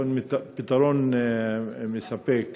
או שאין פתרון מספק.